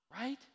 Right